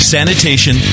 Sanitation